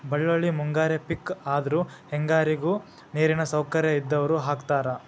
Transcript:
ಬಳ್ಳೋಳ್ಳಿ ಮುಂಗಾರಿ ಪಿಕ್ ಆದ್ರು ಹೆಂಗಾರಿಗು ನೇರಿನ ಸೌಕರ್ಯ ಇದ್ದಾವ್ರು ಹಾಕತಾರ